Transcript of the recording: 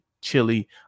chili